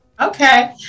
Okay